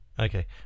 Okay